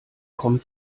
kommen